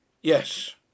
Yes